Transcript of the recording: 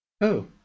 Oh